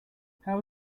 how